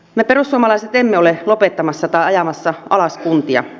me perussuomalaiset emme ole lopettamassa tai ajamassa alas kuntia